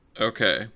Okay